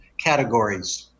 categories